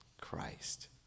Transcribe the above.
Christ